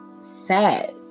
sad